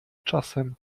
czasem